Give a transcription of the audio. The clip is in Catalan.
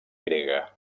grega